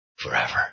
Forever